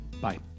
Bye